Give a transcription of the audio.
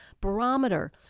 barometer